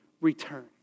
return